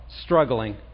struggling